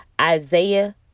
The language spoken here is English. Isaiah